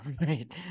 Right